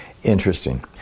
Interesting